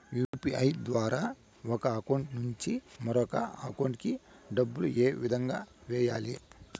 UPI ద్వారా ఒక account నుంచి మరొక అకౌంట్ కి డబ్బులు ఏ విధంగా వెయ్యాలి